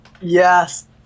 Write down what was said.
yes